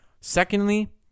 Secondly